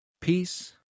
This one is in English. peace